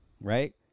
right